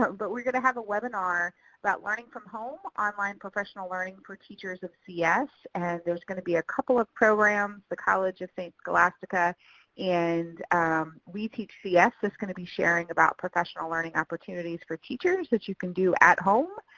but we're going to have a webinar about learning from home, online professional learning for teachers of cs, and there's going to be a couple of programs. the college of saint scholastica and we teach cs is going to be sharing about professional learning opportunities for teachers that you can do at home,